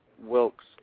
Wilkes